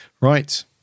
right